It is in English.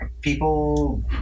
people